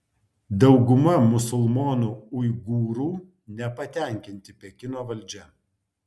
dauguma musulmonų uigūrų nepatenkinti pekino valdžia